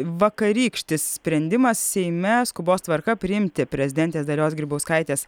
vakarykštis sprendimas seime skubos tvarka priimti prezidentės dalios grybauskaitės